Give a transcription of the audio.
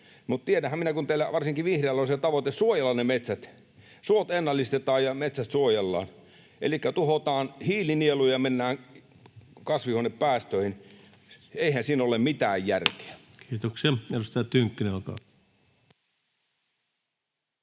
tiedänhän minä, että kun teillä, varsinkin vihreillä, on se tavoite suojella ne metsät, suot ennallistetaan ja metsät suojellaan, elikkä tuhotaan hiilinieluja ja mennään kasvihuonepäästöihin. Eihän siinä ole mitään järkeä. [Speech 207] Speaker: Ensimmäinen